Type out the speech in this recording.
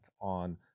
on